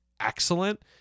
excellent